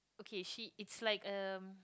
kay she it's like uh